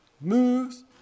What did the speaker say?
moves